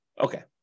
Okay